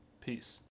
Peace